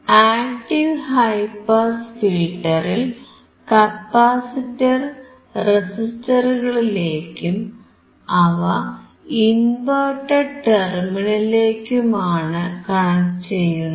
active high pass ഫിൽറ്ററിൽ capacitor റെസിസ്റ്ററുകളിലേക്കും അവ ഇൻവെർട്ടഡ് ടെർമിനലിലേക്കുമാണ് കണക്ട് ചെയ്യുന്നത്